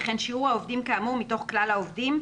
וכן שיעור העובדים כאמור מתוך כלל העובדים,